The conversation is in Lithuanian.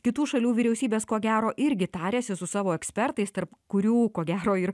kitų šalių vyriausybės ko gero irgi tarėsi su savo ekspertais tarp kurių ko gero ir